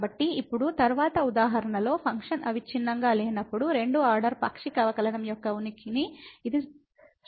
కాబట్టి ఇప్పుడు తరువాతి ఉదాహరణలో ఫంక్షన్ అవిచ్ఛిన్నంగా లేనప్పటికీ రెండవ ఆర్డర్ పాక్షిక అవకలనం యొక్క ఉనికిని ఇది చూపిస్తుంది